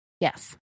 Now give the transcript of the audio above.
Yes